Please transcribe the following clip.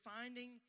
finding